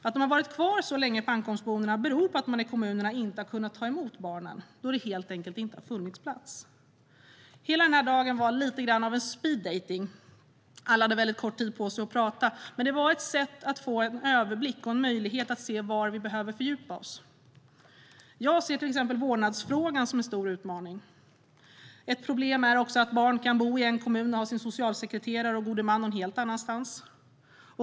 Att de har varit kvar så länge på ankomstboendena beror på att man i kommunerna inte har kunnat ta emot barnen då det helt enkelt inte har funnits plats. Hela dagen var lite grann av en speed dating. Alla hade väldigt kort tid på sig att prata. Men det var ett sätt att få en överblick och en möjlighet att se var vi behöver fördjupa oss. Jag ser till exempel vårdnadsfrågan som en stor utmaning. Ett problem är också att barn kan bo i en viss kommun och ha sin socialsekreterare och gode man någon helt annanstans.